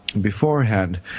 beforehand